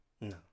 No